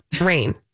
Rain